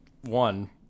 One